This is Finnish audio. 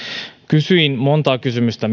kysyin ministeriltä monta kysymystä